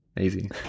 Easy